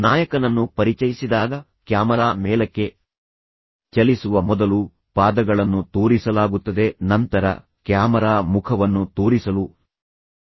ನಾಯಕನನ್ನು ಪರಿಚಯಿಸಿದಾಗ ಕ್ಯಾಮರಾ ಮೇಲಕ್ಕೆ ಚಲಿಸುವ ಮೊದಲು ಪಾದಗಳನ್ನು ತೋರಿಸಲಾಗುತ್ತದೆ ನಂತರ ಕ್ಯಾಮರಾ ಮುಖವನ್ನು ತೋರಿಸಲು ಪ್ರಯತ್ನಿಸುತ್ತದೆ